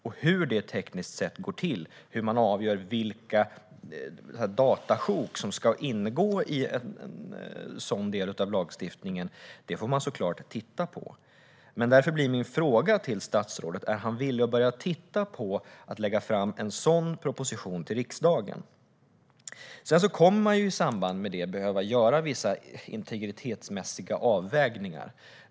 Man får såklart titta på hur det ska gå till tekniskt och hur man ska avgöra vilka datasjok som ska ingå i en sådan lagstiftning. Därför blir min fråga till statsrådet: Är statsrådet villig att börja titta på frågan om att lägga fram en sådan proposition för riksdagen? I samband med detta kommer man att behöva göra vissa integritetsmässiga avvägningar.